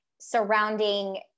surrounding